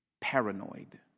Paranoid